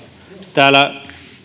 täällä